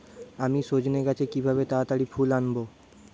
আমি সজনে গাছে কিভাবে তাড়াতাড়ি ফুল আনব?